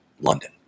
London